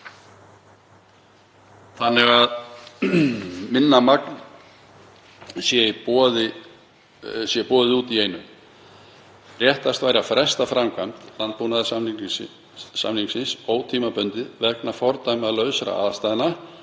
þannig að minna magn sé boðið út í einu. Réttast væri að fresta framkvæmd landbúnaðarsamningsins ótímabundið vegna fordæmalausra aðstæðna